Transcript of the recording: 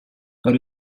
but